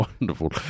Wonderful